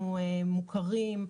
אנחנו מוכרים,